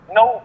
no